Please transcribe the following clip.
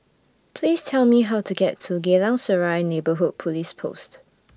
Please Tell Me How to get to Geylang Serai Neighbourhood Police Post